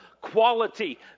quality